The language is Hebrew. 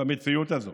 שהמציאות הזאת